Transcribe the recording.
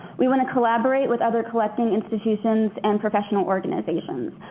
we want to collaborate with other collecting institutions and professional organizations.